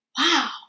wow